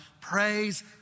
Praise